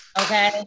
Okay